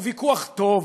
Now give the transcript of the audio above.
הוא ויכוח טוב,